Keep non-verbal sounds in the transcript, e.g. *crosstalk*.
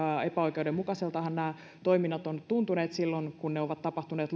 epäoikeudenmukaiseltahan toiminta on tuntunut silloin kun se on tapahtunut *unintelligible*